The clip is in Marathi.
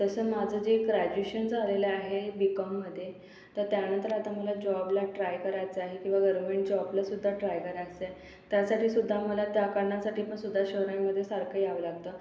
तसं माझं जे ग्रॅजुशन झालेलं आहे बीकॉममध्ये तर त्यानंतर आता मला जॉबला ट्राय करायचा आहे किंवा गरमेंट जॉबलासुद्धा ट्राय करायचा आहे त्यासाठीसुद्धा मला त्या कारणासाठीपण सुद्धा शहरांमध्ये सारखं यावं लागतं